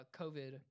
COVID